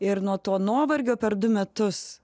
ir nuo to nuovargio per du metus